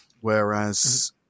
Whereas